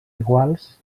iguals